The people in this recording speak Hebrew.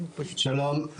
שלום,